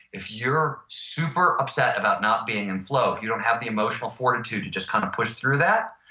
if you're super upset about not being in flow, you don't have the emotional fortitude to just kind of push through that,